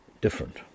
different